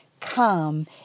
come